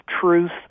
truth